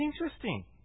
interesting